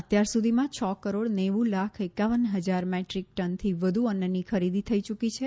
અત્યાર સુધીમાં છ કરોડ નેવું લાખ એકાવાન હજાર મેટ્રિક ટનથી વધુ અન્નની ખરીદી થઈ યૂકી છે